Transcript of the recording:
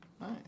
nice